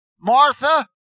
Martha